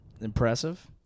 impressive